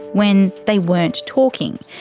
when they weren't talking.